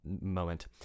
moment